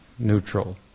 Neutral